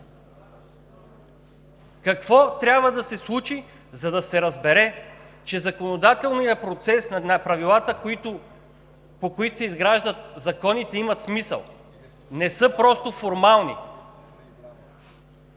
Какво трябва да се случи, за да се разбере, че законодателният процес на правилата, по които се изграждат законите, имат смисъл, не са просто формални?